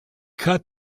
cut